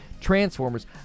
Transformers